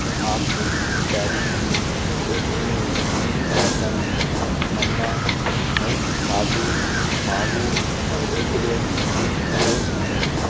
क्या आप मेरी ख़रीददारी की सूची में तीन कौटन Manna health Sathu Maavu multigrain drink जोड़ सकते हैं